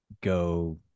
go